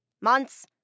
Months